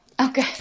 Okay